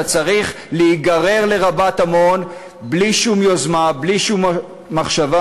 אתה צריך להיגרר לרבת-עמון בלי שום יוזמה ובלי שום מחשבה,